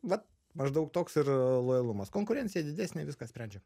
vat maždaug toks ir lojalumas konkurencija didesnė viską sprendžia